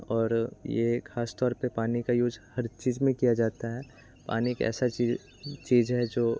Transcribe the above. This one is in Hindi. और ये खास तौर पे पानी का यूज हर चीज़ में किया जाता है पानी एक ऐसा चीज़ चीज़ है जो